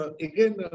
again